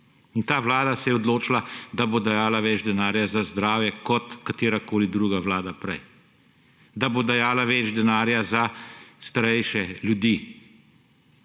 In ta vlada se je odločila, da bo dajala več denarja za zdravje kot katerakoli druga vlada prej; da bo dajala več denarja za starejše ljudi,